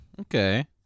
Okay